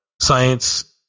science